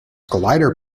glider